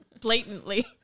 Blatantly